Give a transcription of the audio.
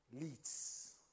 leads